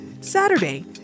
Saturday